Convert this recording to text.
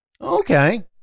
Okay